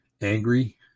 angry